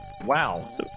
Wow